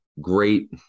great